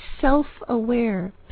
self-aware